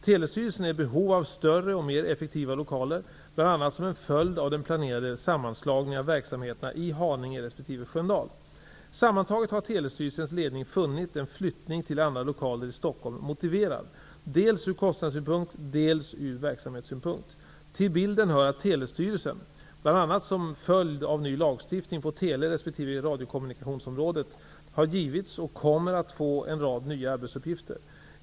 Telestyrelsen är i behov av större och mer effektiva lokaler bl.a. Sammantaget har Telestyrelsens ledning funnit en flyttning till andra lokaler i Stockholm motiverad dels från kostnadssynpunkt, dels från verksamhetssynpunkt. Till bilden hör att Telestyrelsen, bl.a. som följd av ny lagstiftning på tele resp. radiokommunikationsområdet, har givits och kommer att få en rad nya arbetsuppgifter.